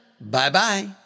Bye-bye